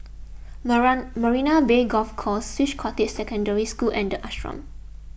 Marina Bay Golf Course Swiss Cottage Secondary School and the Ashram